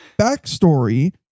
backstory